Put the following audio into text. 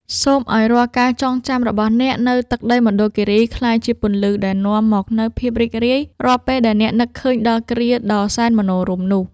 សូមឱ្យរាល់ការចងចាំរបស់អ្នកនៅទឹកដីមណ្ឌលគីរីក្លាយជាពន្លឺដែលនាំមកនូវភាពរីករាយរាល់ពេលដែលអ្នកនឹកឃើញដល់គ្រាដ៏សែនមនោរម្យនោះ។